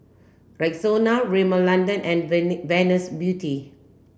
Rexona Rimmel London and Venus Beauty